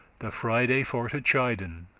the friday for to chiden,